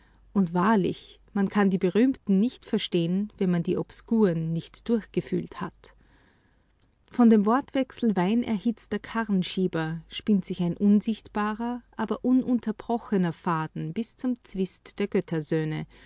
und wahrlich man kann die berühmten nicht verstehen wenn man die obskuren nicht durchgefühlt hat von dem wortwechsel weinerhitzter karrenschieber spinnt sich ein unsichtbarer aber ununterbrochener faden bis zum zwist der göttersöhne